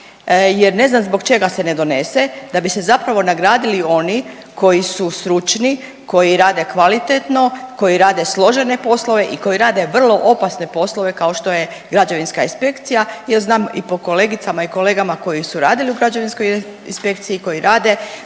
jer ne znam zbog čega se ne donese da bi se zapravo nagradili oni koji su stručni, koji rade kvalitetno, koji rade složene poslove i koji rade vrlo opasne poslove kao što je građevinska inspekcija jer znam i po kolegicama i po kolegama koji su radili u građevinskoj inspekciji i koji rade